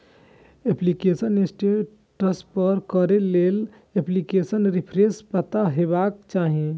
application status पता करै लेल एप्लीकेशन रेफरेंस पता हेबाक चाही